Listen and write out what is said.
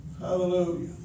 hallelujah